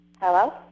Hello